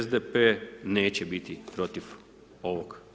SDP neće biti protiv ovog